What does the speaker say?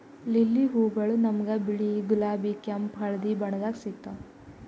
lily ಹೂವಗೊಳ್ ನಮ್ಗ್ ಬಿಳಿ, ಗುಲಾಬಿ, ಕೆಂಪ್, ಹಳದಿ ಬಣ್ಣದಾಗ್ ಸಿಗ್ತಾವ್